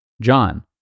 John